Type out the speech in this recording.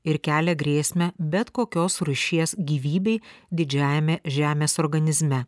ir kelia grėsmę bet kokios rūšies gyvybei didžiajame žemės organizme